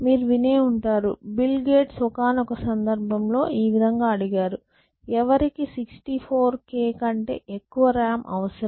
మీరు వినే ఉంటారు బిల్ గేట్స్ ఒకానొక సందర్భంలో ఈ విధంగా అడిగారు ఎవరికి 64k కంటే ఎక్కువ RAM అవసరం అని